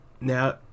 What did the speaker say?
Now